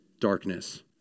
darkness